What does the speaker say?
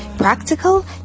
Practical